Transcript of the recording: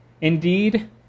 Indeed